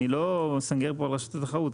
אני לא מסנגר פה על רשות התחרות,